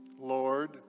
Lord